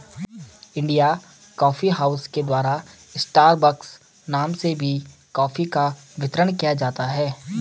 India coffee house के द्वारा Starbucks नाम से भी कॉफी का वितरण किया जाता है